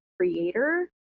creator